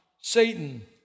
Satan